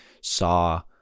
saw